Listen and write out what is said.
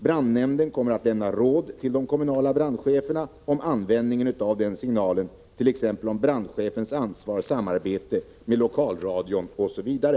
Brandnämnden kommer att lämna råd till de kommunala brandcheferna om användningen av signalen, t.ex. när det gäller brandchefens ansvar, samarbete med lokalradion osv.